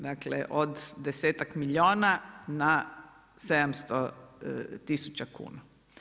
Dakle, od desetak milijuna na 700 tisuća kuna.